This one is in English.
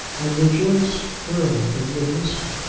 and rejoice thoroughly that he had missed it.